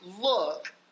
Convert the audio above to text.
look